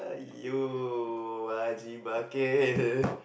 !aiyo! haji bucket